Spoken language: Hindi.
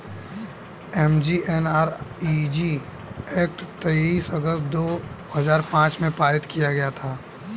एम.जी.एन.आर.इ.जी एक्ट तेईस अगस्त दो हजार पांच में पारित किया गया था